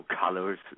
colors